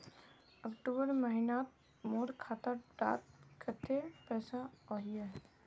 अक्टूबर महीनात मोर खाता डात कत्ते पैसा अहिये?